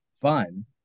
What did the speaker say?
fun